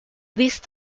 these